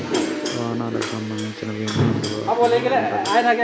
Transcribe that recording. వాహనాలకు సంబంధించిన బీమా అందుబాటులో ఉందా?